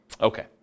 Okay